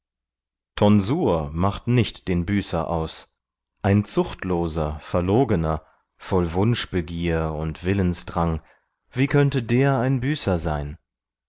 tonsur macht nicht den büßer aus ein zuchtloser verlogener voll wunschbegier und willensdrang wie könnte der ein büßer sein